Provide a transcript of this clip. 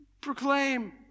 proclaim